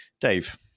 Dave